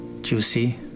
juicy